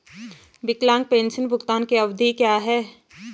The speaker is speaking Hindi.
विकलांग पेंशन भुगतान की अवधि क्या है?